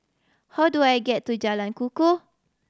how do I get to Jalan Kukoh